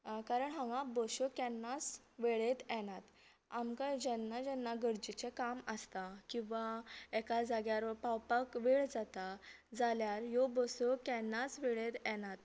कारण हांगा बश्यो केन्नाच वेळेंत येनात आमकां जेन्ना जेन्ना गरजेचे काम आसता किंवां एका जाग्यार पावपाक वेळ जाता जाल्यार ह्यो बसो केन्नाच वेळार येनात